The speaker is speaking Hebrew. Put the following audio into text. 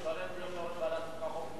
תשאל את יושב-ראש ועדת חוקה,